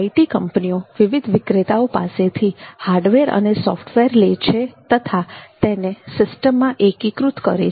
IT કંપનીઓ વિવિધ વિક્રેતાઓ પાસેથી હાર્ડવેર અને સોફ્ટવેર લે છે તથા તેને સિસ્ટમમાં એકીકૃત કરે છે